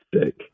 Stick